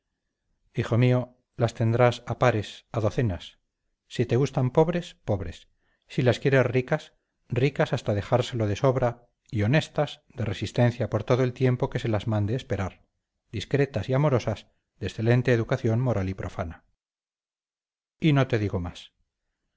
hijo mío las tendrás a pares a docenas si te gustan pobres pobres si las quieres ricas ricas hasta dejárselo de sobra y honestas de resistencia por todo el tiempo que se las mande esperar discretas y amorosas de excelente educación moral y profana y no te digo más